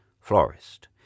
florist